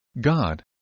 God